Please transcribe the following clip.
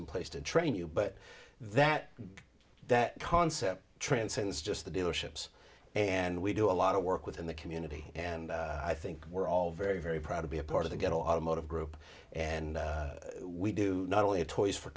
in place to train you but that that concept transcends just the dealerships and we do a lot of work within the community and i think we're all very very proud to be a part of the good automotive group and we do not only have toys for